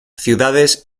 ciudades